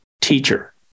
teacher